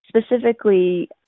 specifically